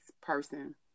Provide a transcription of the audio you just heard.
person